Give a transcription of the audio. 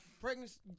pregnancy